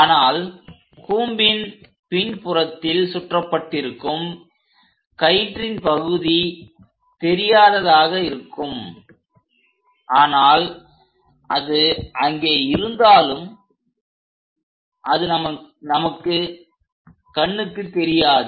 ஆனால் கூம்பின் பின்புறத்தில் சுற்றப்பட்டிருக்கும் கயிற்றின் பகுதி தெரியாததாக இருக்கும் ஆனால் அது அங்கே இருந்தாலும் அது நமக்கு கண்ணுக்கு தெரியாது